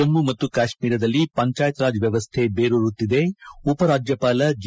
ಜಮ್ಮು ಮತ್ತು ಕಾಶ್ಮೀರದಲ್ಲಿ ಪಂಚಾಯತ್ರಾಜ್ ವ್ಯವಸ್ಥೆ ಬೇರೂರುತ್ತಿದೆ ಉಪರಾಜ್ಯಪಾಲ ಜಿ